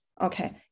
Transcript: okay